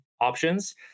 options